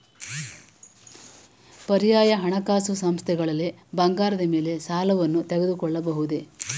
ಪರ್ಯಾಯ ಹಣಕಾಸು ಸಂಸ್ಥೆಗಳಲ್ಲಿ ಬಂಗಾರದ ಮೇಲೆ ಸಾಲವನ್ನು ತೆಗೆದುಕೊಳ್ಳಬಹುದೇ?